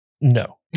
No